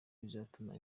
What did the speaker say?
bizatuma